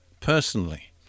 personally